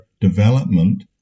development